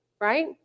Right